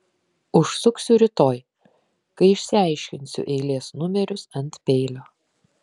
užsuksiu rytoj kai išsiaiškinsiu eilės numerius ant peilio